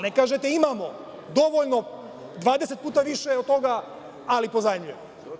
Ne kažete imamo dovoljno, 20 puta više od toga, ali pozajmljujemo.